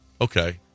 okay